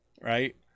Right